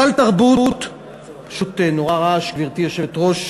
סל תרבות, פשוט, נורא רעש, גברתי היושבת-ראש,